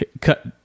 cut